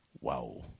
wow